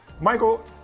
Michael